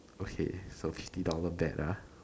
!wah! hey a fifty dollar bet ah